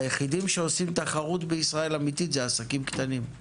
היחידים שעושים תחרות אמיתית הם עסקים קטנים;